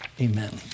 Amen